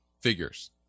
figures